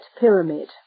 pyramid